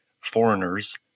foreigners